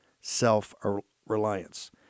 self-reliance